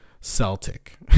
Celtic